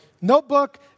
notebook